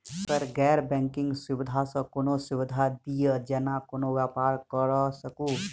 Sir गैर banking सुविधा सँ कोनों सुविधा दिए जेना कोनो व्यापार करऽ सकु?